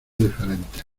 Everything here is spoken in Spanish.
diferentes